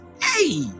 hey